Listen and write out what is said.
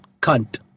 cunt